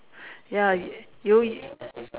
ya you